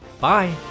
Bye